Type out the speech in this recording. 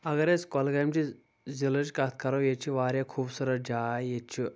اگر أسۍ کۄلگامچہِ ضلعٕچ کتھ کرو ییٚتہِ چھِ واریاہ خوٗبصوٗرت جاے ییٚتہِ چھُ